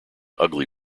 ugly